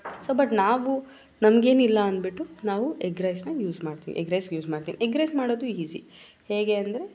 so but ನಾವು ನಮಗೇನಿಲ್ಲ ಅಂದುಬಿಟ್ಟು ನಾವು ಎಗ್ ರೈಸನ್ನ ಯೂಸ್ ಮಾಡ್ತೀವಿ ಎಗ್ ರೈಸಿಗೆ ಯೂಸ್ ಮಾಡ್ತೀವಿ ಎಗ್ ರೈಸ್ ಮಾಡೋದು ಈಝಿ ಹೇಗೆ ಅಂದರೆ